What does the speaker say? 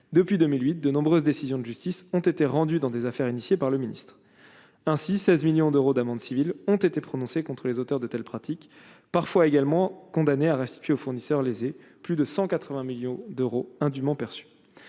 depuis 2008 de nombreuses décisions de justice ont été rendues dans des affaires initiées par le ministre ainsi 16 millions d'euros d'amende civiles ont été prononcées contre les auteurs de telles pratiques parfois également condamné à restituer aux fournisseurs lésés, plus de 180 millions d'euros indûment perçus